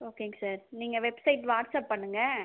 ஓகேங்க சார் நீங்கள் website WhatsApp பண்ணுங்கள்